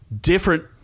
different